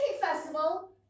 Festival